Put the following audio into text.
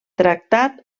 tractat